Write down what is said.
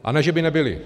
A ne že by nebyly.